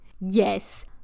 Yes